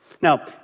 Now